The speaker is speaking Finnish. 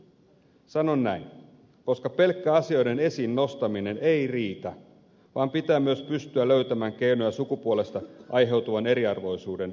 sanon näin koska pelkkä asioiden esiin nostaminen ei riitä vaan pitää myös pystyä löytämään keinoja sukupuolesta aiheutuvan eriarvoisuuden ratkaisemiseksi